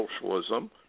socialism